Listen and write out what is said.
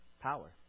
power